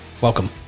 Welcome